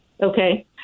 Okay